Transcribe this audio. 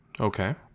Okay